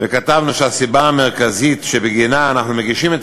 וכתבנו שהסיבה המרכזית שבגינה אנחנו מגישים את